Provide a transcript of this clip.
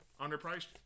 underpriced